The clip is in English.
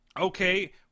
okay